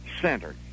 center